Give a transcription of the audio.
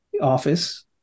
office